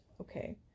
okay